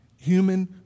human